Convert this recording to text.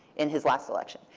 in his last election.